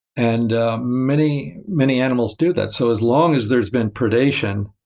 and ah many many animals do that. so as long as there's been predation,